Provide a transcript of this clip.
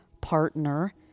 partner